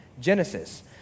Genesis